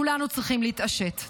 כולנו צריכים להתעשת.